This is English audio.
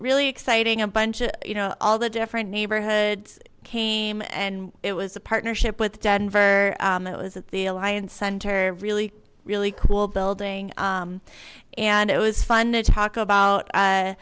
really exciting a bunch of you know all the different neighborhoods came and it was a partnership with denver it was at the alliance center a really really cool building and it was fun to talk about